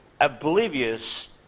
oblivious